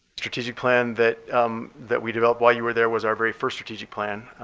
strategic plan that that we developed while you were there was our very first strategic plan